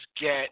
get